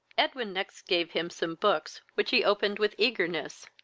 edwin next gave him some books, which he opened with eagerness,